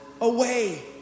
away